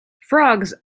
frogs